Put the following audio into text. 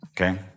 Okay